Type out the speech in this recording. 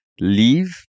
leave